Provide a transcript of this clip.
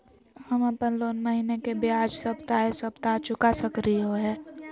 हम अप्पन लोन महीने के बजाय सप्ताहे सप्ताह चुका रहलिओ हें